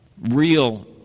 real